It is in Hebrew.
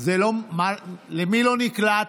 למי לא נקלט?